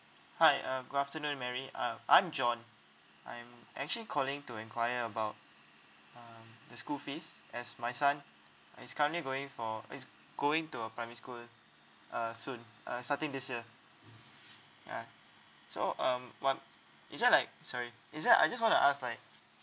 hi uh good afternoon mary uh I'm john I'm actually calling to enquire about um the school fees as my son is currently going for is going to a primary school uh soon uh starting this year ya so um one is there like sorry is there I just wanna ask like